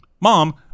Mom